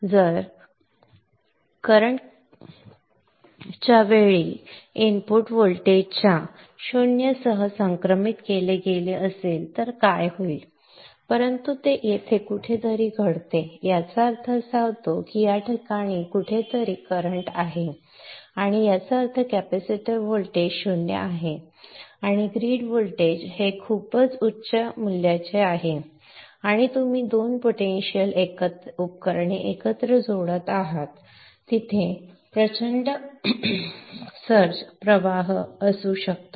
परंतु एक समस्या उद्भवू शकते जर चालू करण्याच्या वेळी इनपुट व्होल्टेजच्या 0 सह समक्रमित केले गेले नसेल तर काय होईल परंतु ते येथे कुठेतरी घडते याचा अर्थ असा होतो की या ठिकाणी कुठेतरी चालू होते आणि याचा अर्थ कॅपेसिटर व्होल्टेज 0 आहे आणि ग्रिड व्होल्टेज हे खूपच उच्च मूल्याचे आहे आणि आपण दोन पोटेन्शियल उपकरणे एकत्र जोडत आहात तेथे प्रचंड करंट सर्ज प्रवाह असू शकतो